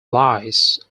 lies